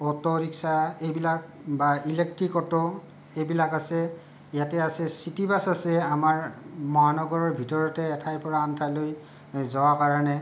auto rickshaw এইবিলাক বা electric auto এইবিলাক আছে ইয়াতে আছে চিটি বাছ আছে আমাৰ মহানগৰৰ ভিতৰতে এঠাইৰ পৰা আনঠাইলৈ যোৱা কাৰণে